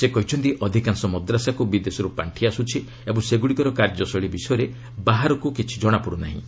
ସେ କହିଛନ୍ତି ଅଧିକାଂଶ ମଦ୍ରାସାକୁ ବିଦେଶରୁ ପାଖି ଆସୁଛି ଓ ସେଗୁଡ଼ିକର କାର୍ଯ୍ୟଶୈଳୀ ବିଷୟରେ ବାହାରକୁ କିଛି ଜଣାପଡ଼ୁ ନାହିଁ